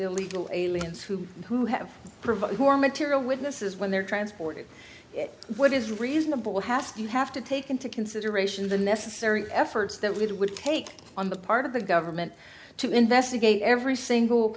illegal aliens who who have provided who are material witnesses when they're transported what is reasonable have you have to take into consideration the necessary efforts that we would take on the part of the government to investigate every single